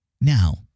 Now